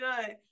good